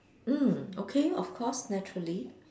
mm okay of course naturally